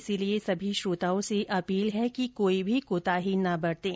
इसलिए सभी श्रोताओं से अपील है कि कोई भी कोताही न बरतें